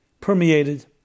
permeated